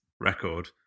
record